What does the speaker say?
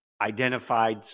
identified